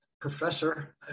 professor